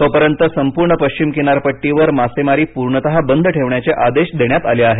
तोपर्यंत संपूर्ण पश्चिम किनारपट्टीवर मासेमारी पूर्णत बंद ठेवण्याचे आदेश देण्यात आले आहेत